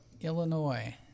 Illinois